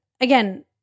again